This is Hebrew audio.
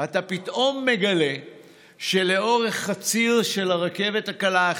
אתה פתאום מגלה שלאורך הציר של הרכבת הקלה,